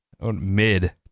Mid